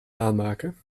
aanmaken